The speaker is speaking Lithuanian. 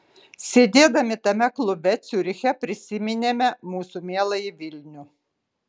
sėdėdami tame klube ciuriche prisiminėme mūsų mieląjį vilnių